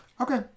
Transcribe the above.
Okay